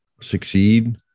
succeed